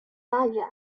baghdad